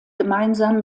gemeinsam